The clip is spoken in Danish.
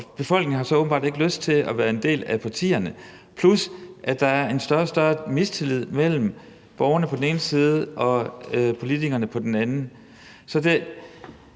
Befolkningen har så åbenbart ikke lyst til at være en del af partierne – plus det, at der er en større og større mistillid mellem borgerne på den ene side og politikerne på den anden